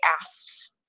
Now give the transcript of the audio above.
asked